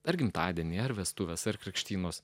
per gimtadienį ar vestuves ar krikštynos